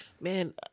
Man